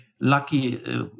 lucky